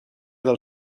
del